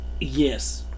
Yes